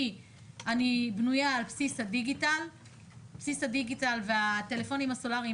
כי אני בנויה על בסיס הדיגיטל והטלפונים הסלולריים,